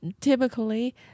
typically